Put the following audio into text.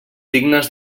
dignes